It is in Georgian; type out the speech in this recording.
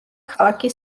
ქალაქი